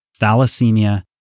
thalassemia